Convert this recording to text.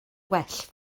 well